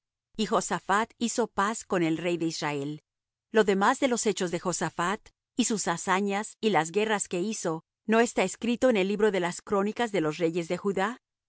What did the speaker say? y josaphat hizo paz con el rey de israel lo demás de los hechos de josaphat y sus hazañas y las guerras que hizo no está escrito en el libro de las crónicas de los reyes de judá